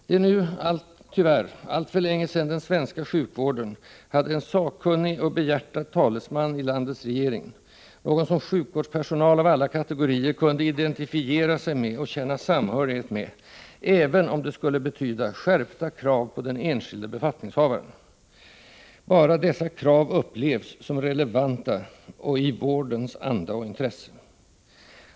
Det är nu tyvärr alltför länge sedan den svenska sjukvården hade en sakkunnig och behjärtad talesman i landets regering, någon som sjukvårdspersonal av alla kategorier kunde identifiera sig med och känna samhörighet med även om det skulle betyda skärpta krav på de enskilda befattningshavarna — bara dessa krav upplevdes som relevanta och i vårdens anda och intresse.